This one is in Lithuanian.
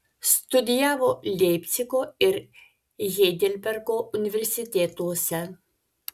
studijavo leipcigo ir heidelbergo universitetuose